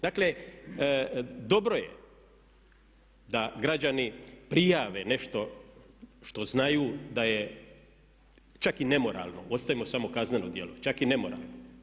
Dakle, dobro je da građani prijave nešto što znaju da je čak i nemoralno, ostavimo samo kazneno djelo, čak i nemoralno.